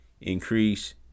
increase